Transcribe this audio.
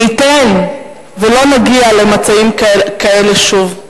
מי ייתן ולא נגיע למצבים כאלו שוב.